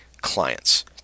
clients